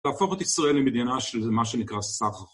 להפוך את ישראל למדינה של זה מה שנקרא סחר.